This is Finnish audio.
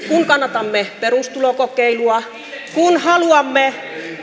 kannatamme perustulokokeilua haluamme